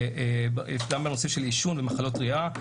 של עישון ומחלות ריאה,